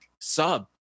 sub